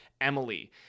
Emily